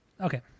Okay